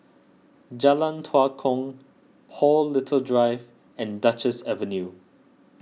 Jalan Tua Kong Paul Little Drive and Duchess Avenue